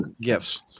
gifts